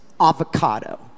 avocado